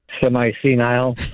Semi-senile